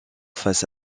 face